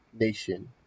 nation